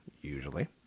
Usually